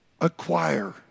acquire